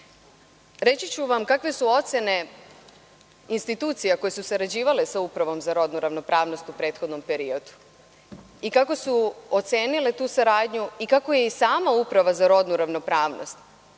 rada. Reći ću vam kakve su ocene institucija koje su sarađivale sa Upravom za rodnu ravnopravnost u prethodnom periodu, kako su ocenile tu saradnju i kako je i sama Uprava za rodnu ravnopravnost